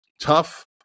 tough